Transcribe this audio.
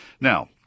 Now